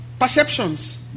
perceptions